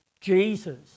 Jesus